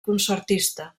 concertista